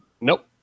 Nope